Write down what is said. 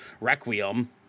requiem